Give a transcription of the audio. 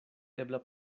ebla